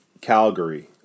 Calgary